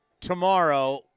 tomorrow